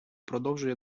продовжує